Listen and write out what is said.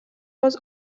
was